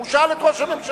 הוא שאל את ראש הממשלה.